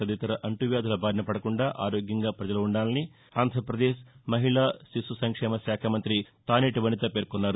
తదితర అంటు వ్యాధుల బారిన పదకుండా ఆరోగ్యంగా ప్రజలు ఉండాలని ఆంధ్రప్రదేశ్ మహిళా శిశు సంక్షేమశాఖ మంత్రి తానేటీ వనిత పేర్కొన్నారు